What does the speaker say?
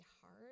hard